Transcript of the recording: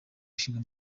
ishinga